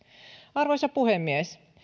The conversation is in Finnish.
arvoisa puhemies